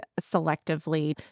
selectively